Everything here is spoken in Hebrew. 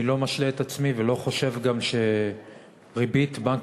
אני לא משלה את עצמי וגם לא חושב שריבית בנק